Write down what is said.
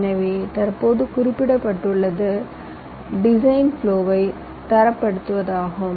எனவே தற்போது குறிப்பிடப்பட்டுள்ளது டிசைன் ப்லோவை தரப்படுத்துவதாகும்